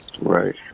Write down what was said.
Right